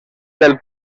del